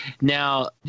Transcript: Now